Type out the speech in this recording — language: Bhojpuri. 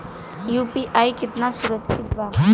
यू.पी.आई कितना सुरक्षित बा?